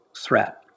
threat